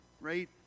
right